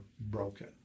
broken